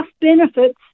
benefits